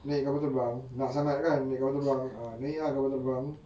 naik kapal terbang nak sangat kan kapal terbang ah naik ah kapal terbang